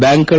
ಬ್ಬಾಂಕ್ಗಳು